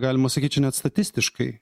galima sakyt čia net statistiškai